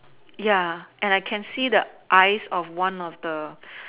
ya and I can see the eyes of one of the